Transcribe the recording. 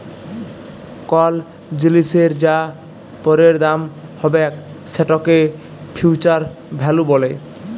call জিলিসের যা পরের দাম হ্যবেক সেটকে ফিউচার ভ্যালু ব্যলে